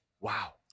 Wow